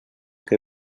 que